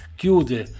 chiude